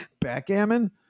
Backgammon